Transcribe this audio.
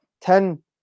ten